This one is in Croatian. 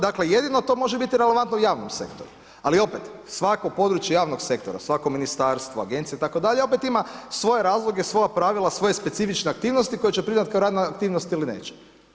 Dakle, jedino to može biti relevantno u javnom sektoru, ali opet svako područje javnog sektora, svako ministarstvo, agencije itd. opet ima svoje razloge svoja pravila svoje specifične aktivnosti koje će priznati kao radne aktivnosti ili neće.